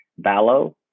Vallo